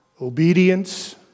Obedience